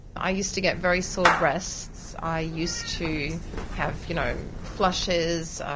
i used to get very sore breasts, i used to have you know flushes,